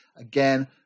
Again